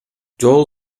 жол